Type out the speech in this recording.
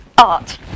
art